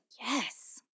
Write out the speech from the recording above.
Yes